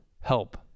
help